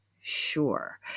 sure